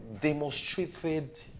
demonstrated